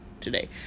today